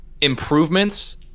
improvements